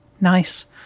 Nice